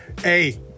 Hey